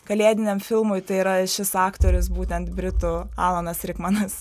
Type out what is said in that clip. kalėdiniam filmui tai yra šis aktorius būtent britų alanas rikmanas